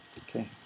Okay